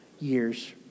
years